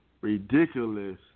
ridiculous